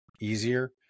easier